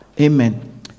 Amen